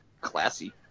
Classy